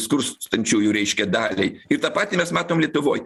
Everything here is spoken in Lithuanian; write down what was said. skurstančiųjų reiškia daliai ir tą patį mes matom lietuvoj